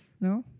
No